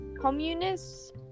communists